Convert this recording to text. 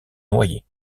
noyer